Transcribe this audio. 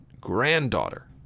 granddaughter